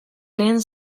lehen